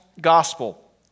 gospel